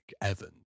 Evans